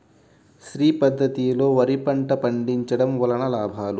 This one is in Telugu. శ్రీ పద్ధతిలో వరి పంట పండించడం వలన లాభాలు?